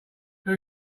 who